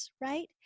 right